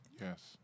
Yes